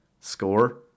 score